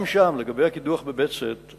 גם שם, לגבי הקידוח בבצת,